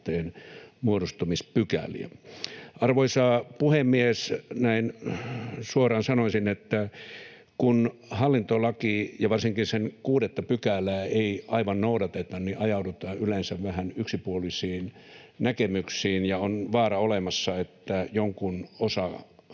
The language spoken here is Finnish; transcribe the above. muodostumispykäliä. Arvoisa puhemies! Näin suoraan sanoisin, että kun hallintolakia ja varsinkin sen 6 §:ää ei aivan noudateta, ajaudutaan yleensä vähän yksipuolisiin näkemyksiin, ja on vaara olemassa, että jonkun